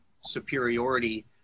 superiority